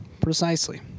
Precisely